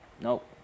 Nope